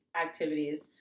activities